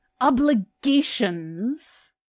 obligations